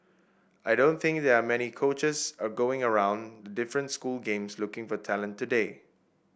I don't think there are many coaches are going around the different school games looking for talent today